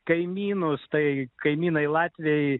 kaimynus tai kaimynai latviai